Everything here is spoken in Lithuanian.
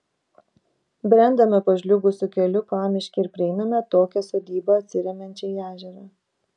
brendame pažliugusiu keliu pamiške ir prieiname atokią sodybą atsiremiančią į ežerą